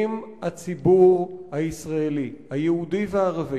אם הציבור הישראלי, היהודי והערבי,